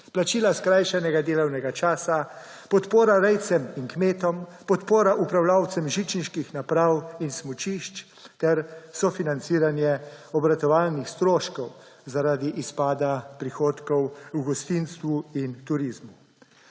plačila skrajšanega delovnega časa, podpora rejcem in kmetom, podpora upravljavcem žičniških naprav in smučišč ter sofinanciranje obratovalnih stroškov zaradi izpada prihodkov v gostinstvu in turizmu.